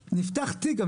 נפתח גם תיק,